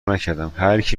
نکردم، هرکی